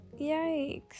yikes